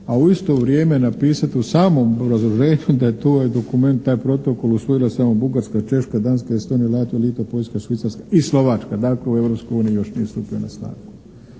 a u isto vrijeme napisat u samom obrazloženju da je to ovaj dokument, taj protokol usvojila samo Bugarska, Češka, Danska, Estonija, Latva, Litva, Poljska, Švicarska i Slovačka. Dakle, u Europskoj uniji još nije